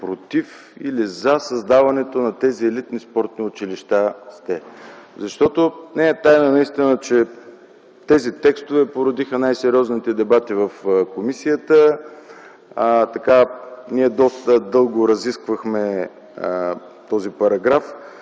„против” или „за” създаването на тези елитни спортни училища сте? Не е тайна, че тези текстове породиха най-сериозните дебати в комисията, доста дълго разисквахме този параграф,